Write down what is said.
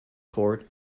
court